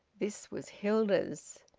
this was hilda's.